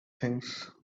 things